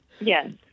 yes